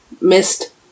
missed